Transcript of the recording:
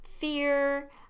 fear